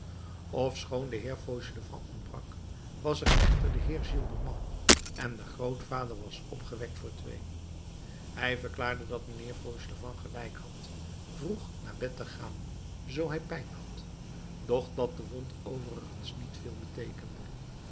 ofschoon de heer fauchelevent ontbrak was er echter de heer gillenormand en de grootvader was opgewekt voor twee hij verklaarde dat mijnheer fauchelevent gelijk had vroeg naar bed te gaan zoo hij pijn had doch dat de wond overigens niet veel beteekende